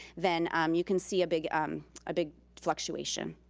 then you can see a big um ah big fluctuation.